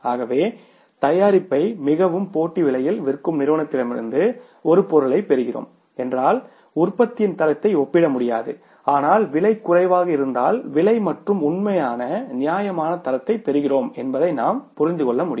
ஆகவே தயாரிப்பை மிகவும் போட்டி விலையில் விற்கும் நிறுவனத்திடமிருந்து ஒரு பொருளைப் பெறுகிறோம் என்றால் உற்பத்தியின் தரத்தை ஒப்பிடமுடியாது ஆனால் விலை குறைவாக இருந்தால் விலை மற்றும் உண்மையான நியாயமான தரத்தைப் பெறுகிறோம் என்பதை நாம் புரிந்து கொள்ள முடியும்